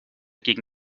quién